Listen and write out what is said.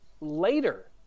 later